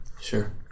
Sure